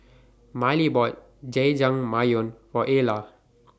Mylie bought Jajangmyeon For Ala